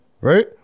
Right